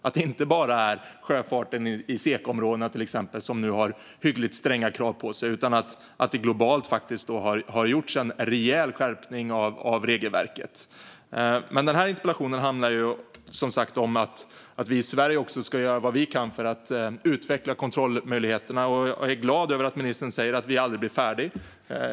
Det är inte bara sjöfarten i till exempel SECA-områdena som nu har hyggligt stränga krav på sig, utan det har faktiskt gjorts en rejäl skärpning av regelverket globalt. Denna interpellation handlar som sagt om att vi i Sverige ska göra vad vi kan för att utveckla kontrollmöjligheterna. Jag är glad över att ministern säger att vi aldrig blir färdiga.